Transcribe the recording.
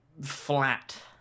flat